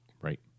Right